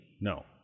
No